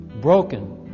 broken